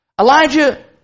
Elijah